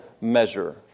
measure